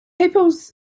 people's